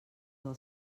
del